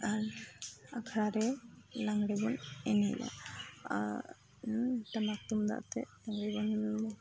ᱟᱨ ᱟᱠᱷᱲᱟ ᱨᱮ ᱞᱟᱜᱽᱬᱮ ᱵᱚᱱ ᱮᱱᱮᱡᱟ ᱴᱟᱢᱟᱠ ᱛᱩᱢᱫᱟᱜ ᱟᱛᱮᱫ ᱰᱟᱹᱝᱨᱤ ᱵᱚᱱ